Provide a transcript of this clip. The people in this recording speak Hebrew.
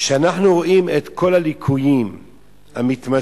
כשאנחנו רואים את כל הליקויים המתמשכים